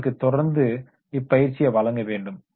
எனவே அவருக்கு தொடர்ந்து இப்பயிற்சியை வழங்க வேண்டும்